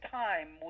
time